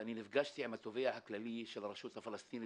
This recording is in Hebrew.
ונפגשתי עם התובע הכללית של הרשות הפלסטינית,